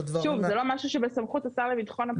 שוב, זה לא משהו בסמכות השר לביטחון פנים.